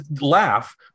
laugh